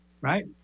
right